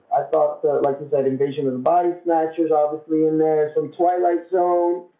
i thought life is that invasion and body snatchers obviously in there some twilight zone